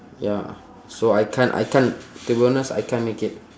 ya so I can't I can't to be honest I can't make it